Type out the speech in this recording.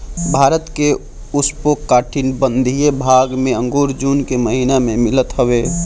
भारत के उपोष्णकटिबंधीय भाग में अंगूर जून के महिना में मिलत हवे